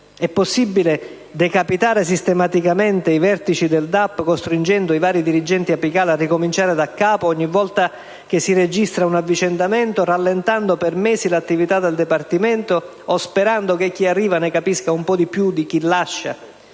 È possibile decapitare sistematicamente i vertici del DAP, costringendo i vari dirigenti apicali a ricominciare daccapo ogni volta che si registra un avvicendamento, rallentando per mesi l'attività del Dipartimento o sperando che chi arriva ne capisca un po' di più di chi lascia?